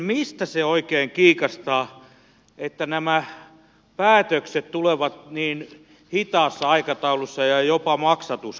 mistä se oikein kiikastaa että nämä päätökset tulevat niin hitaassa aikataulussa ja jopa maksatus kangertelee